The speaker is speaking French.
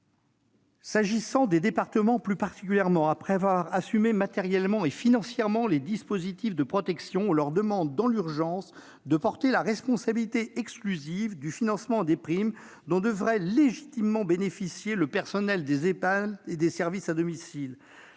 plus particulièrement les départements : après avoir assumé matériellement et financièrement les dispositifs de protection, on leur demande, dans l'urgence, de porter la responsabilité exclusive du financement des primes dont devrait légitimement bénéficier le personnel des Ehpad et des services à domicile.